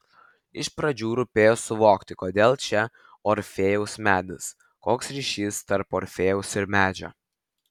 iš pradžių rūpėjo suvokti kodėl čia orfėjaus medis koks ryšys tarp orfėjaus ir medžio